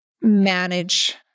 manage